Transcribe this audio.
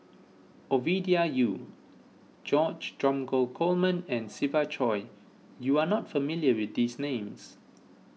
Ovidia Yu George Dromgold Coleman and Siva Choy you are not familiar with these names